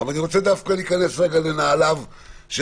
אבל אני רוצה להיכנס לנעליו של